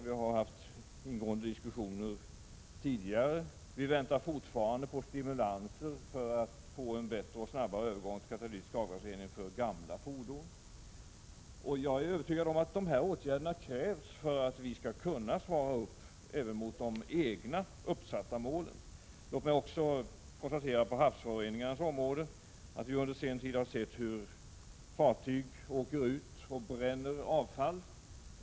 Vi har haft ingående diskussioner tidigare. Vi väntar fortfarande på stimulanser för att få en bättre och snabbare övergång till katalytisk avgasrening för gamla fordon. Jag är övertygad om att de här åtgärderna krävs för att vi skall kunna svara upp även mot de egna uppsatta målen. På havsföroreningarnas område har vi på sen tid sett hur fartyg åker ut och bränner avfall.